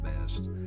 best